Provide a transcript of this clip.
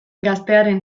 gaztearen